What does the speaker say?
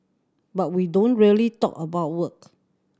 but we don't really talk about work